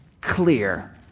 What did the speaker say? clear